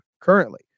currently